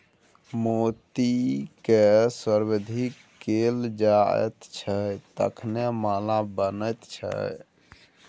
मोतीकए संवर्धित कैल जाइत छै तखने माला बनैत छै